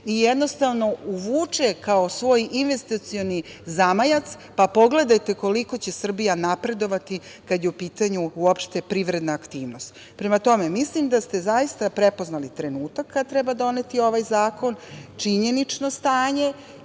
te poreze i uvuče kao svoj investicioni zamajac pa pogledajte koliko će Srbija napredovati kada je u pitanju privredna aktivnost. Prema tome, mislim da ste zaista prepoznali trenutak kada treba doneti ovaj zakon, činjenično stanje